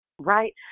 right